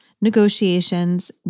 negotiations